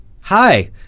hi